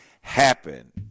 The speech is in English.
happen